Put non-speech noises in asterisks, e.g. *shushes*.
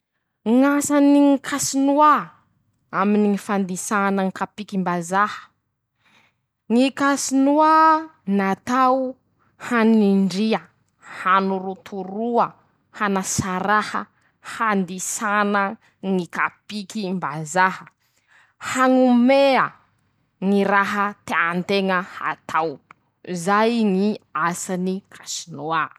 Ñ'asany ñy *shushes* casse-noix. aminy ñy fandisàna kapikim-bazaha: -ñy casse-noix natao hanindria hanorotoroa. *shushes* hanasà raha. handisana ñy kapikim-bazaha. hañomea ñy raha tean-teña hatao. zay ñy asany casse-noix.